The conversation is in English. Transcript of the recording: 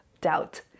doubt